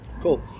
Cool